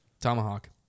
Tomahawk